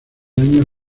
daños